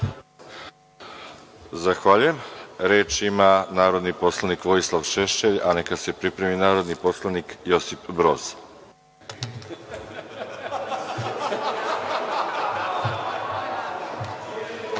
Zahvaljujem. Reč ima narodni poslanik Vojislav Šešelj, a neka se pripremi narodni poslanik Josip Broz.